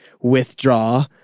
withdraw